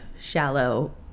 Shallow